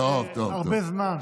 יש לך הרבה זמן,